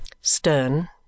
Stern